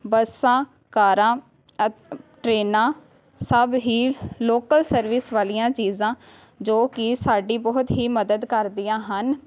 ਬੱਸਾਂ ਕਾਰਾਂ ਟਰੇਨਾਂ ਸਭ ਹੀ ਲੋਕਲ ਸਰਵਿਸ ਵਾਲੀਆਂ ਚੀਜ਼ਾਂ ਜੋ ਕਿ ਸਾਡੀ ਬਹੁਤ ਹੀ ਮਦਦ ਕਰਦੀਆਂ ਹਨ